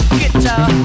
guitar